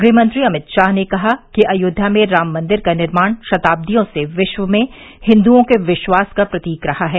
गृहमंत्री अमित शाह ने कहा कि अयोध्या में राम मंदिर का निर्माण शताब्दियों से विश्व में हिन्दुओं के विश्वास का प्रतीक रहा है